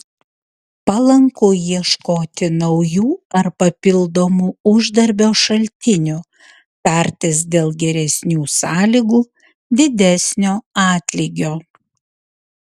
palanku ieškoti naujų ar papildomų uždarbio šaltinių tartis dėl geresnių sąlygų didesnio atlygio